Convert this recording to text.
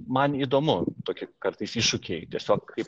man įdomu tokie kartais iššūkiai tiesiog kaip